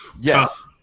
Yes